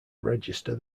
register